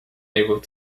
able